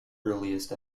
earliest